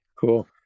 cool